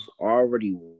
already